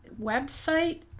website